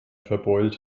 verbeult